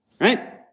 Right